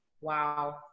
wow